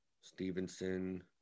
Stevenson